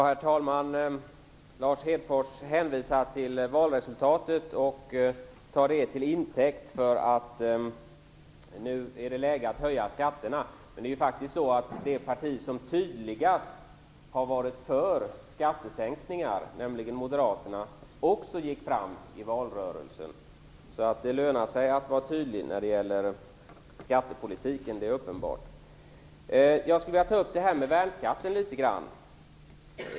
Herr talman! Lars Hedfors hänvisade till valresultatet och tog det till intäkt för att det nu var läge att höja skatterna. Det parti som tydligast har varit för skattesänkningar, nämligen Moderaterna, gick också fram i valrörelsen. Det är uppenbart att det lönar sig att vara tydlig när det gäller skattepolitiken. Jag vill ta upp detta med värnskatt.